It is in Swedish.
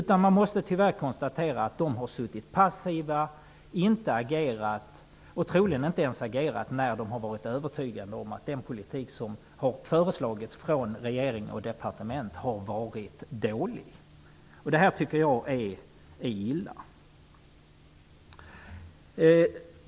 Tyvärr måste man konstatera att de har suttit passiva och inte agerat, inte ens när de har varit övertygade om att den politik som har föreslagits av regering och departement har varit dålig. Det tycker jag är illa.